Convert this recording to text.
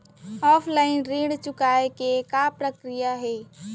Offline ऋण चुकोय के का प्रक्रिया हे?